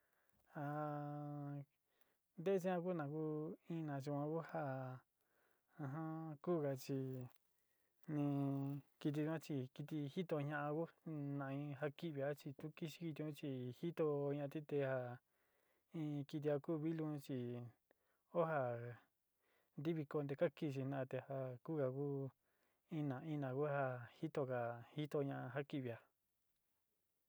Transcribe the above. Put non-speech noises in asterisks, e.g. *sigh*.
*hesitation* nte suan ku na ku in ina yua ku ja *hesitation* kuga chi ni kɨtɨ yuan chi kɨtɨ jitó ña'á ku na in ja kivi a chi tu kixi kɨtɨ un chi jitoña-ti te jaá chi in kɨtɨ ja ku vilú unn chi oó ja ntivikoy konte ka kixi jinaá te ja ku ja ku ina ina ku ja jitóga jitoña ja kivi a.